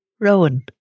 Rowan